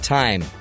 time